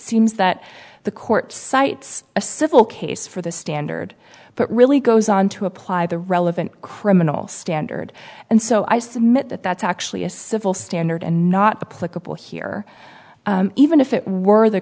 seems that the court cites a civil case for the standard but really goes on to apply the relevant criminal standard and so i submit that that's actually a civil standard and not the political here even if it were the